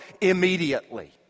immediately